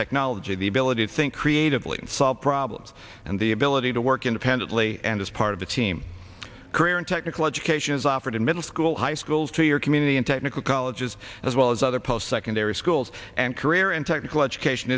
technology the ability to think creatively and solve problems and the ability to work independently and as part of the team career and technical education is offered in middle school high schools to your community in technical colleges as well as other post secondary schools and career and technical education